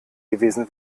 gewesen